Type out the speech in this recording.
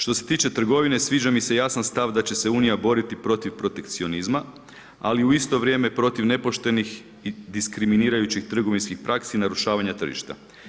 Što se tiče trgovine sviđa mi se jasan stav da će se Unija boriti protiv protekcionizma, ali u isto vrijeme protiv nepoštenih i diskriminirajućih trgovinskih praksi narušavanja tržišta.